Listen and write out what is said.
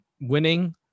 winning